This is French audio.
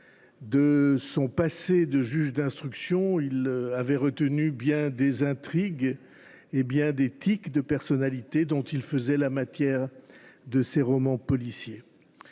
De son passé de juge d’instruction, il avait retenu bien des intrigues et bien des tics de personnalité, dont il faisait la matière de ses romans policiers.